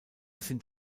sind